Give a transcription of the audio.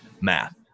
math